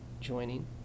joining